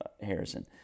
Harrison